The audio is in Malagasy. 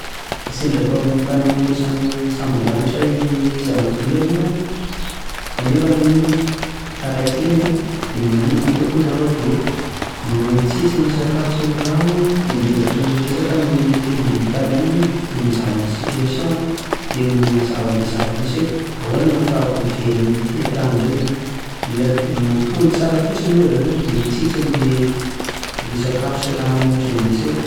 Raha sendra mpano- mpanamory sambondanitra eny amin'ny zana-bolana aho kanefa ny taraiky eny an dia inona no ataoko moa izany fa dia ny mitsitsy ny sakafo sy ny rano dia miezaka miresaka amin'ny ety ambonin'ny tany ihany manazava an'ilay situation an, dia manazava an'ilay zava-misy hoe ahoana no ahafahako miverina ety an-tany indray izany, mila tony tsara fotsiny aho izany dia mitsitsy an'ilay le sakafo sy rano izay misy eo.